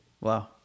Wow